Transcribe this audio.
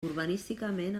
urbanísticament